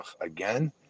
again